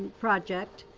project,